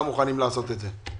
נשמח לשמוע את עמדתך.